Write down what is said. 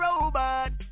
robot